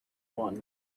one